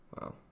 Wow